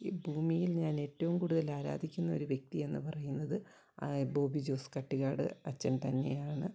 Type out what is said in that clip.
ഈ ഭൂമിയിൽ ഞാൻ ഏറ്റവും കൂടുതൽ ആരാധിക്കുന്ന ഒരു വ്യക്തിയെന്ന് പറയുന്നത് ബോബി ജോസ് കട്ടിക്കാട് അച്ചൻ തന്നെയാണ്